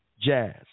jazz